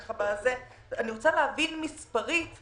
אני רוצה להבין מספרית,